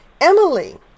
Emily